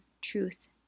truth